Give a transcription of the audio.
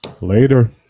Later